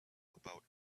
about